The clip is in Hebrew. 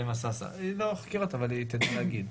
היא לא חקירות אבל היא תדע להגיד.